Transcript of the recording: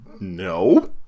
No